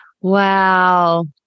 wow